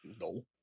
no